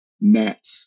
net